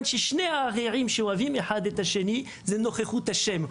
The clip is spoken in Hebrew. "שניים שאוהבים אחד את השני - זו הנוכחות של השם".